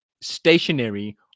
stationary